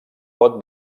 pot